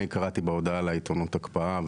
אני קראתי בהודעה לעיתונות הקפאה.